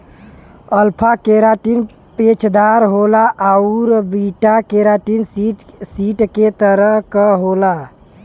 alpha keratin पेचदार होला आउर बीटा केराटिन सीट के तरह क होला